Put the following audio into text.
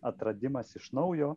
atradimas iš naujo